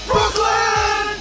Brooklyn